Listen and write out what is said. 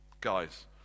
Guys